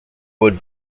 would